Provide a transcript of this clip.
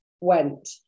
went